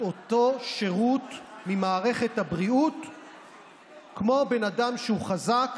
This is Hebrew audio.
טיפול במסגרת קופות החולים בשל ההפרעה הנפשית.